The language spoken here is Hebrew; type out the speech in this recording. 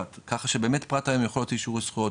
ככה שבאמת הפרט היום יכול להוציא אישור על זכויות,